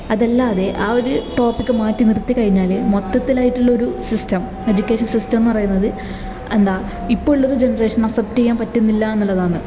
അതെല്ലാതെ ആ ഒര് ടോപ്പിക്ക് മാറ്റി നിർത്തിക്കഴിഞ്ഞാല് മൊത്തത്തിലായിട്ടുള്ളൊരു സിസ്റ്റം എജ്യുക്കേഷൻ സിസ്റ്റം എന്ന് പറയുന്നത് എന്താ ഇപ്പമുള്ളൊരു ജനറേഷന് അക്സെപ്റ്റ് ചെയ്യാൻ പറ്റുന്നില്ലയെന്നുള്ളതാണ്